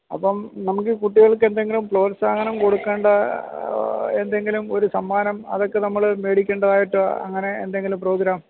അപ്പം നമുക്കീ കുട്ടികൾക്കെന്തെങ്കിലും പ്രോത്സാഹനം കൊടുക്കേണ്ട എന്തെങ്കിലും ഒരു സമ്മാനം അതൊക്കെ നമ്മൾ മേടിക്കേണ്ടതായിട്ട് അങ്ങനെ എന്തെങ്കിലും പ്രോഗ്രാം